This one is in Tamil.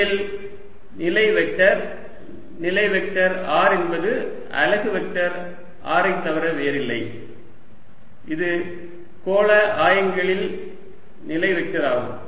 முதலில் நிலை வெக்டர் நிலை வெக்டர் r என்பது அலகு வெக்டர் r ஐத் தவிர வேறில்லை இது கோள ஆயங்களில் நிலை வெக்டர் ஆகும்